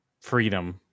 freedom